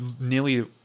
nearly